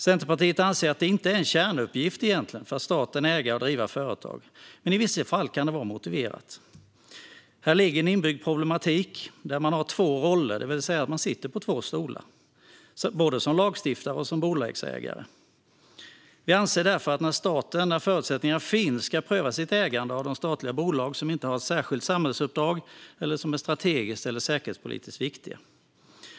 Centerpartiet anser att det egentligen inte är en kärnuppgift för staten att äga och driva företag, men i vissa fall kan det vara motiverat. Här ligger en inbyggd problematik där man har två roller, det vill säga man sitter på två stolar, som lagstiftare och som bolagsägare. Vi anser därför att staten, när förutsättningarna finns, ska pröva sitt ägande av de statliga bolag som inte har ett särskilt samhällsuppdrag, eller är strategiskt eller säkerhetspolitiskt viktiga.